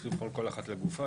צריך לבחון כל אחת לגופה.